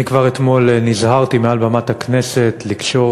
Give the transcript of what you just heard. כבר אתמול נזהרתי מעל במת הכנסת לקשור